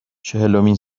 چهلمین